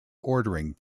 ordering